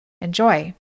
Enjoy